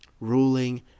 ruling